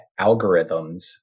algorithms